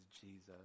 Jesus